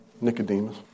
Nicodemus